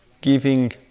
giving